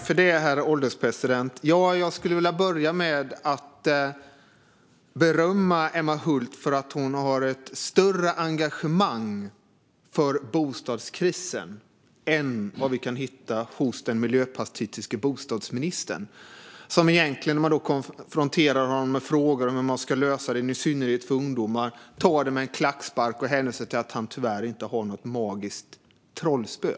Herr ålderspresident! Jag skulle vilja börja med att berömma Emma Hult för att hon har ett större engagemang för bostadskrisen än vad vi kan hitta hos den miljöpartistiske bostadsministern, som när man konfronterar honom med frågor om hur vi ska lösa bostadskrisen, i synnerhet för ungdomar, tar det hela med en klackspark och hänvisar till att han tyvärr inte har något magiskt trollspö.